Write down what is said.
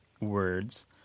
words